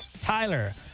Tyler